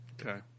Okay